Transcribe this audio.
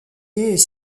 est